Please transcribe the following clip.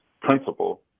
principal